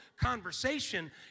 conversation